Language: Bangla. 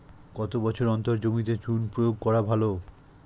কত বছর অন্তর জমিতে চুন প্রয়োগ করা ভালো?